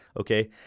okay